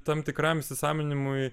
tam tikram įsisamoninimui